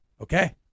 Okay